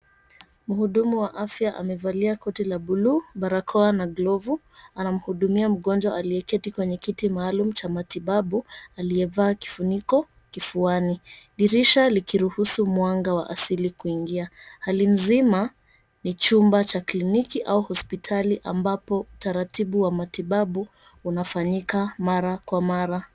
Mhudumu wa afya amevalia koti la buluu barakoa na glovu anamhudumia mgonjwa aliyeketi kwenye kiti maalumu cha matibabu, aliyevaa kifuniko kifuan. Dirisha likiruhusu mwanga wa asili kuingia. Hali nzima ni chumba cha kliniki au hospitali ambapo taratibu wa matibabu unafanyika mara kwa mara.